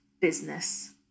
business